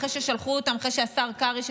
אחרי שהשר קרעי,